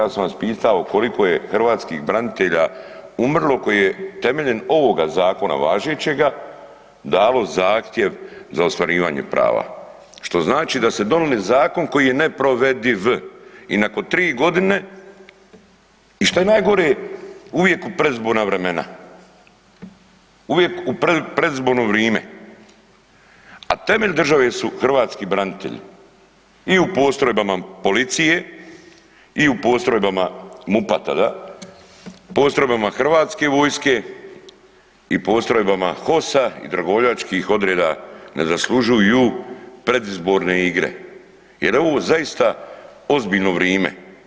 Ja sam vas pitao koliko je hrvatskih branitelje koje je temeljem ovoga zakona važećega dalo zahtjev za ostvarivanje prava, što znači da ste donijeli zakon koji je neprovediv i nakon tri godine i šta je najgore uvijek u predizborna vremena, uvijek u predizborno vrime, a temelj države su hrvatski branitelji i u postrojbama policije i u postrojbama MUP-a tada, postrojbama hrvatske vojske i postrojbama HOS-a i dragovoljačkih odreda ne zaslužuju predizborne igre jer ovo je zaista ozbiljno vrime.